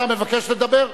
אתה מבקש לדבר?